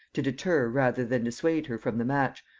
to deter rather than dissuade her from the match,